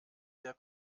der